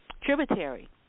tributary